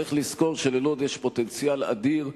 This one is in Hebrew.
צריך לזכור שללוד יש פוטנציאל אדיר.